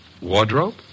Wardrobe